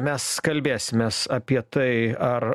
mes kalbėsimės apie tai ar